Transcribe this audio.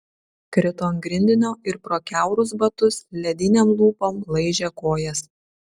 krito ant grindinio ir pro kiaurus batus ledinėm lūpom laižė kojas